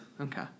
Okay